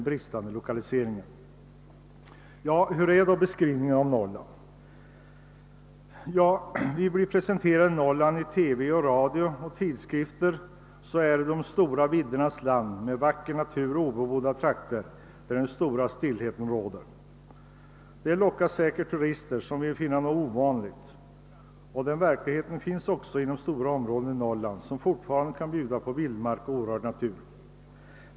Hurudan är då beskrivningen av Norrland? Ja, i TV, radio och tidskrifter presenteras Norrland som de stora viddernas land med vacker natur och obebodda trakter, där den stora stillheten råder. Detta lockar säkerligen turister som vill finna något ovanligt, och den verkligheten finns också inom stora områden i Norrland, som fortfarande kan bjuda på vildmark och orörd natur.